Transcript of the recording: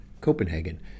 Copenhagen